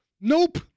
Nope